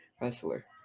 wrestler